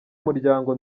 muryango